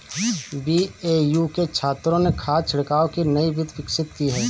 BAU के छात्रों ने खाद छिड़काव की नई विधि विकसित की है